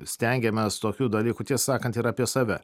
stengiamės tokių dalykų tiesą sakant ir apie save